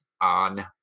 on